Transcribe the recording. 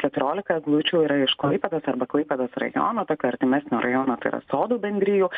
keturiolika eglučių yra iš klaipėdos arba klaipėdos rajono tokio artimesnio rajono sodų bendrijų